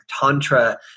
tantra